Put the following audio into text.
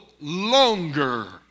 longer